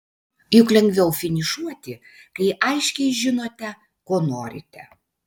juk lengviau finišuoti kai aiškiai žinote ko norite